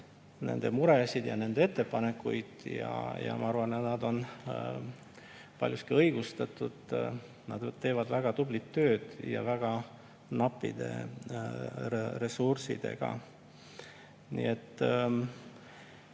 nende mured ja nende ettepanekud. Ma arvan, et need on paljuski õigustatud. Nad teevad väga tublit tööd ja väga nappide ressurssidega.